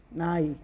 நாய்